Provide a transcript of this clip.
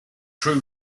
crewe